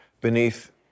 beneath